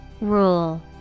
Rule